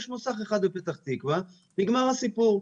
יש מוסך אחד בפתח תקווה, נגמר הסיפור.